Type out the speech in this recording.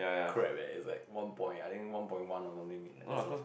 crap leh is like one point I think one point one or something